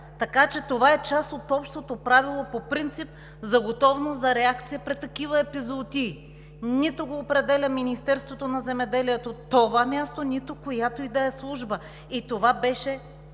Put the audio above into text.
да е тя. Това е част от общото правило по принцип за готовност за реакция при такива епизоотии. Нито го определя Министерството на земеделието, храните и горите това място, нито която и да е служба и това беше